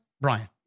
Brian